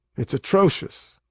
it's atrocious!